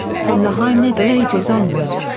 from the high middle ages onwards,